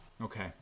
Okay